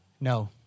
No